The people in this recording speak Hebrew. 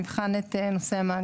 נמצא את האכסניה